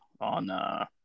on